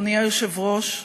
אדוני היושב-ראש,